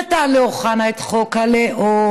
נתן לאוחנה את חוק הלאום,